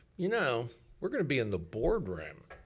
you know, we're gonna be in the board room.